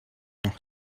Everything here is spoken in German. noch